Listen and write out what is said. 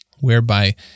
whereby